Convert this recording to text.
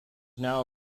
now